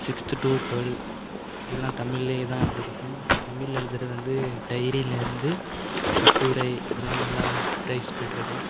sixth to twelve இதலாம் தமிழ்லேயே தான் எழுதியிருக்கேன் தமிழில் எழுதுகிறது வந்து டைரிலேருந்து கட்டுரை இதலாம் நல்லா பிரைஸ் பெற்றுருக்கேன்